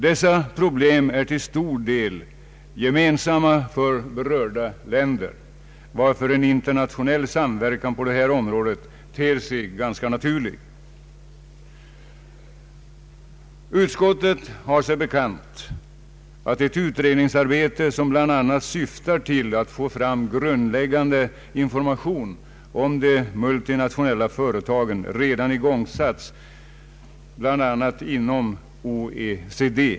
Dessa problem är till stor del gemensamma för berörda länder, varför en internationell samverkan på detta område ter sig naturlig. Utskottet har sig bekant att ett utredningsarbete, som bl.a. syftar till att få fram grundläggande information om de multinationella företagen, redan igångsatts inom OECD.